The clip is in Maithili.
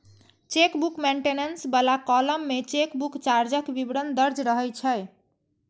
चेकबुक मेंटेनेंस बला कॉलम मे चेकबुक चार्जक विवरण दर्ज रहै छै